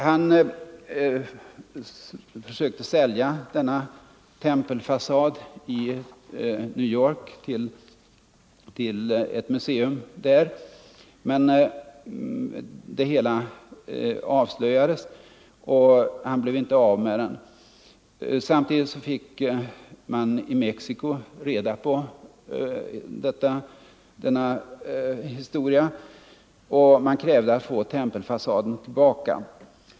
Han försökte sälja denna tempelfasad till ett museum i New York, men historien avslöjades och han blev inte av med det monumentala konstverket. Samtidigt fick man i Mexico reda på vad som hade skett och krävde att få tempelfasaden tillbaka.